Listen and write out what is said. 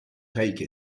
take